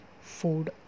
food